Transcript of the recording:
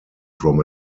from